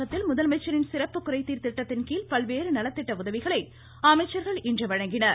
தமிழகத்தில் முதலமைச்சரின் சிறப்பு குறைதீர் திட்டத்தின்கீழ் பல்வேறு நலத்திட்ட உதவிகளை அமைச்சர்கள் இன்று வழங்கினார்கள்